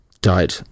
died